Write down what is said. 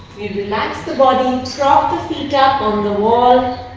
you relax the body, drop the feet up on the wall